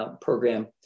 program